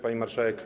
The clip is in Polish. Pani Marszałek!